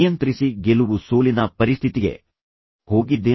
ನಾನು ಸ್ಪರ್ಧಿಸಿದ್ದೇನಾ ಮತ್ತು ಗೆಲುವು ಸೋಲಿನ ಪರಿಸ್ಥಿತಿಗೆ ಹೋಗಿದ್ದೇನಾ